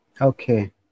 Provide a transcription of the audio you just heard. Okay